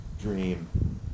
dream